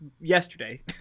Yesterday